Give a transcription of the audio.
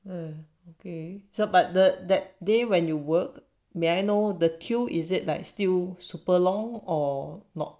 mm okay so but the that day when you work may I know the queue is it like still super long or not